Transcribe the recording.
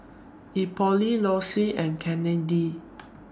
Euphemia Lossie and Candi